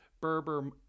Berber